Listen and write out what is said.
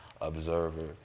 observer